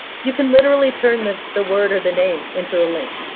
you can literally turn the the word or the name into the link.